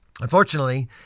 Unfortunately